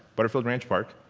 butterfield ranch park